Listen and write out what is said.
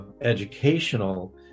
educational